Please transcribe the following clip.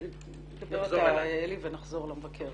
דבר אלי, ונחזור למבקר.